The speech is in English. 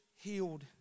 healed